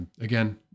again